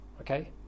Okay